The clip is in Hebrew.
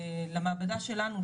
למעבדה שלנו,